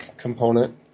component